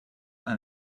and